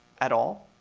at all.